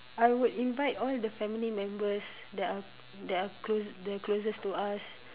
I would invite all the family members that are that are close the closest to us